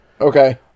Okay